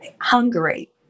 Hungary